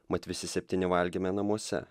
mat visi septyni valgėme namuose